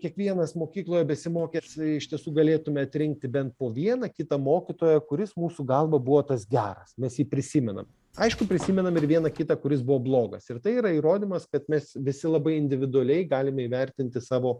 kiekvienas mokykloje besimokęs iš tiesų galėtume atrinkti bent po vieną kitą mokytoją kuris mūsų galva buvo tas geras mes jį prisimenam aišku prisimenam ir vieną kitą kuris buvo blogas ir tai yra įrodymas kad mes visi labai individualiai galime įvertinti savo